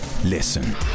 Listen